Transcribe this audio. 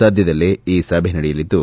ಸದ್ದದಲ್ಲೇ ಈ ಸಭೆ ನಡೆಯಲಿದ್ದು